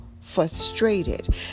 frustrated